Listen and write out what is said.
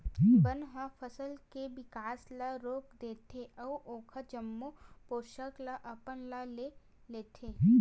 बन ह फसल के बिकास ल रोक देथे अउ ओखर जम्मो पोसक ल अपन ह ले लेथे